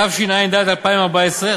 התשע"ד 2014,